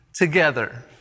Together